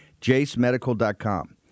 JaceMedical.com